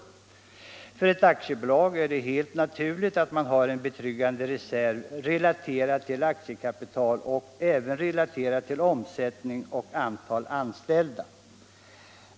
För ett aktiebolag är det helt naturligt att man har en betryggande reserv relaterad till aktiekapital och även relaterad till omsättning och antal anställda.